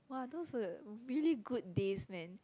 !wah! those were really good days man